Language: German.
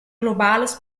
globales